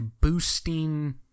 boosting